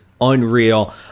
unreal